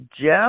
Jeff